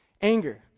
Anger